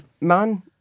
Man